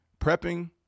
prepping